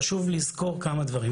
חשוב לזכור כמה דברים.